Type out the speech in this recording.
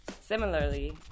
Similarly